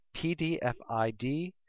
pdfid